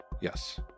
Yes